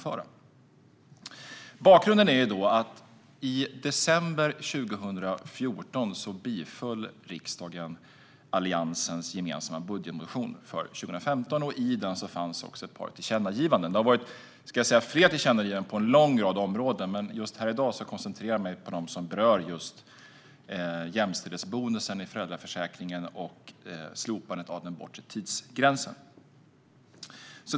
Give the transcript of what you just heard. Bakgrunden är att riksdagen i december 2014 biföll Alliansens gemensamma budgetmotion för 2015, och i den fanns också ett par tillkännagivanden. Det har varit fler tillkännagivanden på en lång rad områden, men just i dag koncentrerar jag mig på dem som berör just jämställdhetsbonusen i föräldraförsäkringen och slopandet av den bortre tidsgränsen.